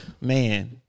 man